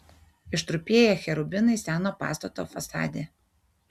ištrupėję cherubinai seno pastato fasade